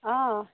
অ